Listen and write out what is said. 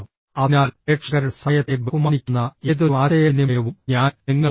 അതിനാൽ പ്രേക്ഷകരുടെ സമയത്തെ ബഹുമാനിക്കുന്ന ഏതൊരു ആശയവിനിമയവും ഞാൻ നിങ്ങളോട് പറയും